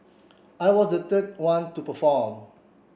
I was the third one to perform